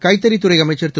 கைத்தறித் துறை அமைச்சர் திரு